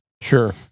Sure